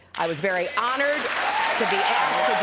i was very honored to be asked